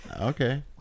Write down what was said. Okay